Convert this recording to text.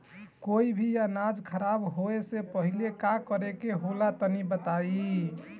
कोई भी अनाज खराब होए से पहले का करेके होला तनी बताई?